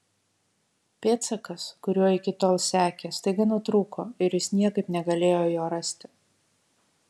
pėdsakas kuriuo iki tol sekė staiga nutrūko ir jis niekaip negalėjo jo rasti